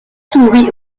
s’ouvrit